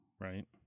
Right